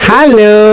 Hello